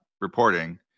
reporting